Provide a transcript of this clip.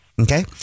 Okay